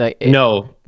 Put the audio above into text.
No